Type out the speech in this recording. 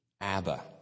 Abba